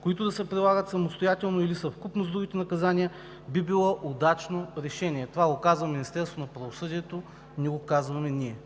които да се прилагат самостоятелно или в съвкупност с другите наказания, би било удачно решение“. Това го казва Министерството на правосъдието, не го казваме ние.